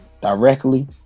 directly